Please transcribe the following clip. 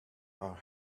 are